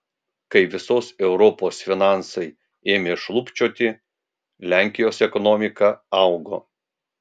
kai visos europos finansai ėmė šlubčioti lenkijos ekonomika augo